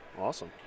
Awesome